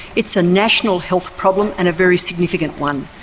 it's a national health problem and a very significant one,